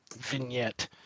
vignette